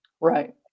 Right